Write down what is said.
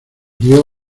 guió